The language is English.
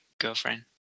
girlfriend